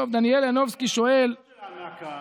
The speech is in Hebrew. דניאל ינובסקי שואל, יש עוד שאלה מהקהל.